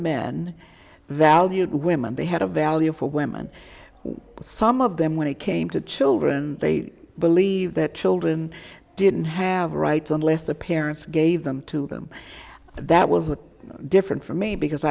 men valued women they had a value for women some of them when it came to children they believe that children didn't have rights unless their parents gave them to them that was different for me because